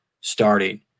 starting